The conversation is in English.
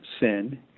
sin